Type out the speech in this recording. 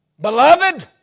Beloved